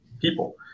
people